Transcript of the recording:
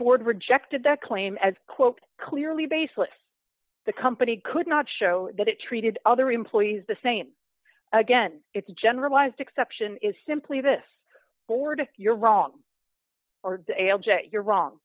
board rejected that claim as quote clearly baseless the company could not show that it treated other employees the same again it's a generalized exception is simply this board you're wrong or jet you're wrong